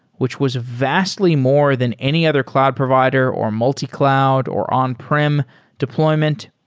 which was vastly more than any other cloud provider, or multi-cloud, or on-prem deployment.